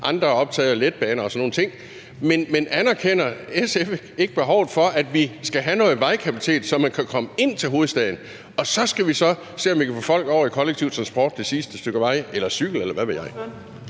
andre er optaget af letbaner og sådan nogle ting. Men anerkender SF ikke behovet for, at vi skal have noget vejkapacitet, så man kan komme ind til hovedstaden? Og så skal vi så se, om vi kan få folk over i kollektiv transport det sidste stykke vej, eller over